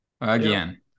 again